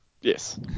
Yes